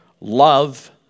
love